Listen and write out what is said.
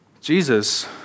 Jesus